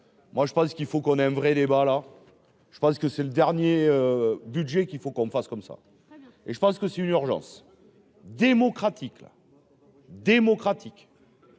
moi, je pense qu'il faut qu'on ait un vrai débat, là je pense que c'est le dernier budget qu'il faut qu'on fasse comme ça et je pense que c'est une urgence démocratique la démocratique